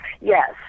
Yes